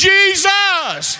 Jesus